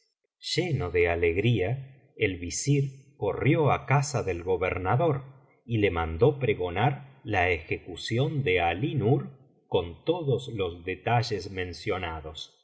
lleno de alegría el visir corrió á casa del gobernador y le mandó pregonar la ejecución de alí nur con todos los detalles mencionados y